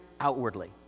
outwardly